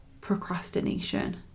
procrastination